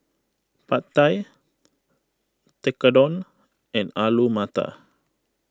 Pad Thai Tekkadon and Alu Matar